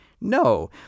No